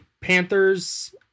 Panthers